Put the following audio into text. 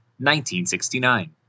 1969